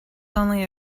only